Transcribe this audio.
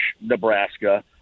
Nebraska